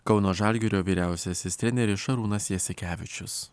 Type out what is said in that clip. kauno žalgirio vyriausiasis treneris šarūnas jasikevičius